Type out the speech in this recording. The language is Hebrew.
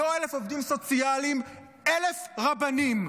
לא 1,000 עובדים סוציאליים, 1,000 רבנים.